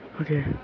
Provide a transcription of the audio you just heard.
Okay